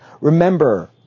Remember